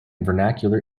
vernacular